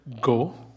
go